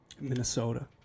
Minnesota